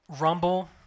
rumble